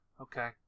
Okay